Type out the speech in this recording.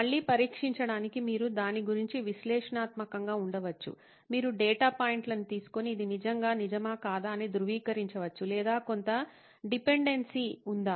మళ్ళీ పరీక్షించటానికి మీరు దాని గురించి విశ్లేషణాత్మకంగా ఉండవచ్చు మీరు డేటా పాయింట్లను తీసుకొని ఇది నిజంగా నిజమా కాదా అని ధృవీకరించవచ్చు లేదా కొంత డిపెండెన్సీ ఉందా